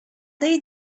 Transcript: they